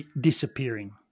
disappearing